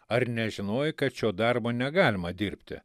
ar nežinojai kad šio darbo negalima dirbti